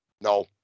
No